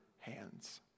hands